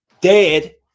dead